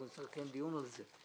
אנחנו נצטרך לקיים דיון על זה.